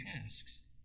tasks